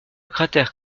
cratère